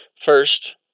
first